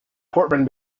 portman